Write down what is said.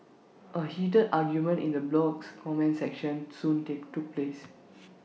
A heated argument in the blog's comment section soon take took place